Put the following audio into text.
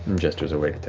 um jester's awake,